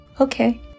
Okay